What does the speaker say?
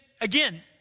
again